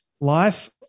life